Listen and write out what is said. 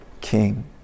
King